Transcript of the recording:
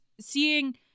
seeing